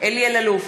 אלי אלאלוף,